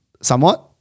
somewhat